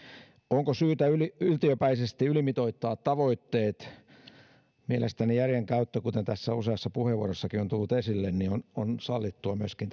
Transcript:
onko syytä yltiöpäisesti ylimitoittaa tavoitteet mielestäni järjen käyttö kuten tässä useassa puheenvuorossakin on tullut esille on on sallittua myöskin